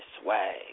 swag